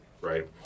right